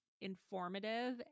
informative